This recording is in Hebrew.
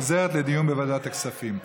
הצעת החוק חוזרת לדיון בוועדת הכספים.